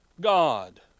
God